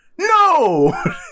no